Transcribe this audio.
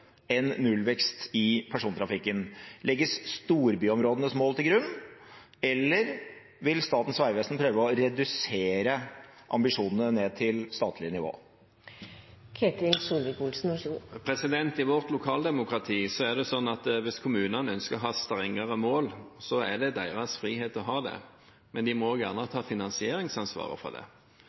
nullvekst i personbiltrafikken? Legges storbyområdenes mål til grunn, eller vil Statens vegvesen prøve å redusere ambisjonene til statlig nivå? I vårt lokaldemokrati er det sånn at hvis kommunene ønsker å ha strengere mål, er det deres frihet å ha det. Men de må ta finansieringsansvaret for det.